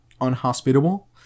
unhospitable